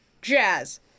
Jazz